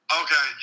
okay